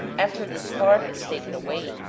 after this part is taken away,